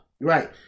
right